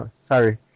sorry